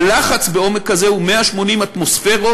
הלחץ בעומק הזה הוא 180 אטמוספירות.